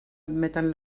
admeten